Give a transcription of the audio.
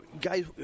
guys